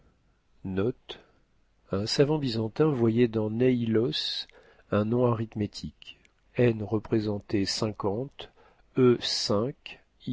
un savant byzantin voyait dans neilos un nom arithmétique n représentait